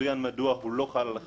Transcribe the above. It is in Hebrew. מדוע הוא לא חל על חת"ל.